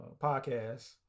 podcasts